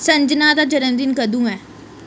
संजना दा जन्मदिन कदूं ऐ